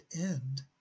end